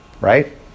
Right